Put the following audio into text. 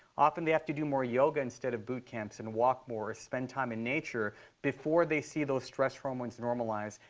often, they have to do more yoga instead of boot camps and walk more or spend time in nature before they see those stress hormones normalize.